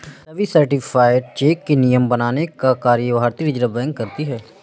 सभी certified cheque के नियम बनाने का कार्य भारतीय रिज़र्व बैंक करती है